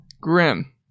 Grim